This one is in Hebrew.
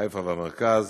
חיפה והמרכז